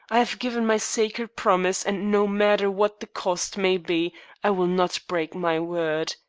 i have given my sacred promise, and no matter what the cost may be i will not break my word.